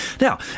Now